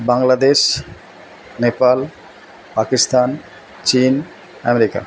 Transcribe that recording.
বাংলাদেশ নেপাল পাকিস্তান চীন অ্যামেরিকা